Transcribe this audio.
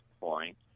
point